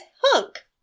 hunk